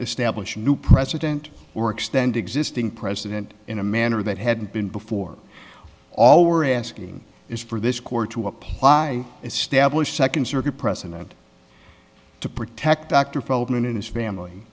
establish new president or extend existing president in a manner that hadn't been before all we're asking is for this court to apply established second circuit precedent to protect dr feldman and his family